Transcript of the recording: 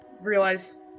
realize